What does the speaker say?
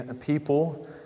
people